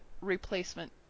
replacement